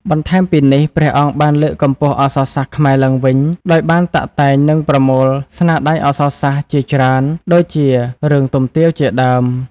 បន្ថែមពីនេះ ព្រះអង្គបានលើកកម្ពស់អក្សរសាស្ត្រខ្មែរឡើងវិញ ដោយបានតាក់តែងនិងប្រមូលស្នាដៃអក្សរសាស្ត្រជាច្រើន ដូចជារឿង "ទុំទាវ" ជាដើម។